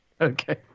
okay